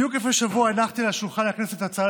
בדיוק לפני שבוע הנחתי על שולחן הכנסת הצעה